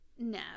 no